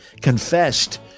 confessed